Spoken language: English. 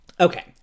Okay